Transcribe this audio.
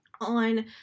on